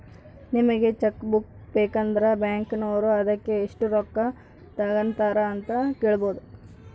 ನಿಮಗೆ cheque book ಬೇಕಂದ್ರ ಬ್ಯಾಕಿನೋರು ಅದಕ್ಕೆ ಎಷ್ಟು ರೊಕ್ಕ ತಂಗತಾರೆ ಅಂತ ಕೇಳಬೊದು